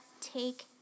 take